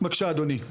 בבקשה אדוני.